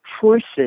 forces